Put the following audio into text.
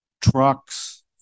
trucks